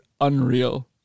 unreal